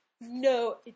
no